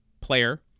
player